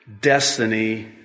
destiny